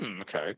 Okay